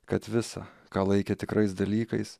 kad visa ką laikė tikrais dalykais